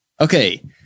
Okay